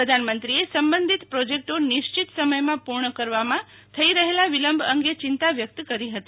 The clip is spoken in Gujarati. પ્રધાનમંત્રીએ સંબંધિત પ્રોજેક્ટો નિશ્ચિત સમયમાં પૂર્ણ કરવામાં થઈ રહ્લેા વિલંબ અંગે ચિંતા વ્યક્ત કરી હતી